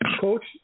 Coach